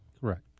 Correct